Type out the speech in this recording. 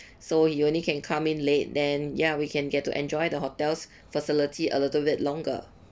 so he only can come in late then ya we can get to enjoy the hotel's facility a little bit longer